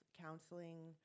counseling